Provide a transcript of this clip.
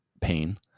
pain